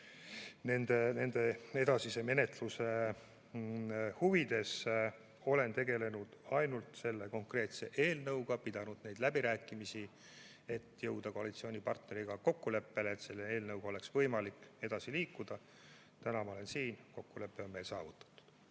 nende edasise menetluse huvides. Olen tegelenud ainult selle konkreetse eelnõuga, pidanud läbirääkimisi, et jõuda koalitsioonipartneriga kokkuleppele, et selle eelnõuga oleks võimalik edasi liikuda. Täna ma olen siin, kokkulepe on meil saavutatud.